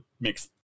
mix